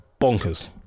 bonkers